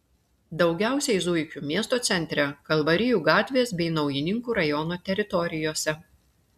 daugiausiai zuikių miesto centre kalvarijų gatvės bei naujininkų rajono teritorijose